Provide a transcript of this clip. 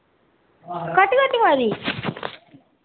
घट घट आवा दी